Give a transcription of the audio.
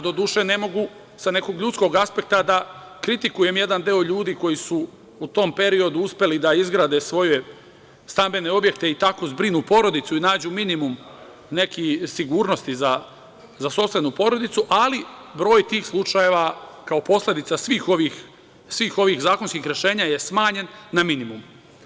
Do duše, ne mogu sa nekog ljudskog aspekta da kritikujem jedan deo ljudi koji su u tom periodu uspeli da izgrade svoje stambene objekte i zbrinu porodicu i nađu minimum neki sigurnosti za sopstvenu porodicu, ali broj tih slučajeva kao posledica svih ovih zakonskih rešenja je smanjen na minimum.